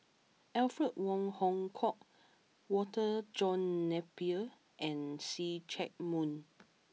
Alfred Wong Hong Kwok Walter John Napier and See Chak Mun